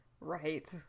Right